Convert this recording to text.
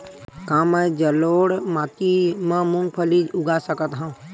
का मैं जलोढ़ माटी म मूंगफली उगा सकत हंव?